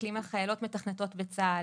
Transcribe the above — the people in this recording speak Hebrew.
מסתכלים על חיילות מתכנתות בצה"ל,